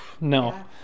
no